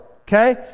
okay